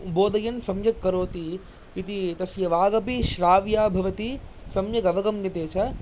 बोधयन् सम्यक् करोति इति तस्य वागपि श्राव्या भवति सम्यक् अवगम्यते च